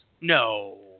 No